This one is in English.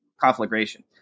conflagration